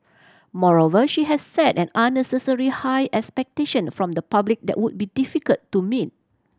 moreover she has set an unnecessary high expectation from the public that would be difficult to meet